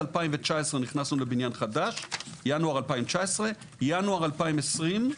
בינואר 2019 נכנסו לבניין חדש, בינואר 2020,